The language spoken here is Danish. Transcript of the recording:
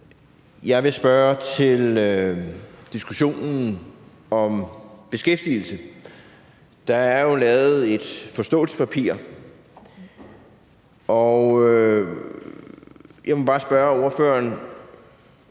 Jeg vil spørge til diskussionen om beskæftigelse. Der er jo lavet et forståelsespapir, og jeg vil bare spørge ordføreren,